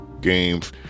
games